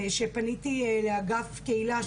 פניתי לאגף קהילה,